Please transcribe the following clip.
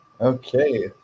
Okay